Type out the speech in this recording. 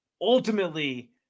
ultimately